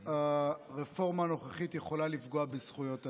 הרפורמה הנוכחית יכולה לפגוע בזכויות אדם.